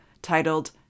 titled